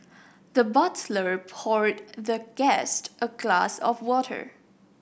the butler poured the guest a glass of water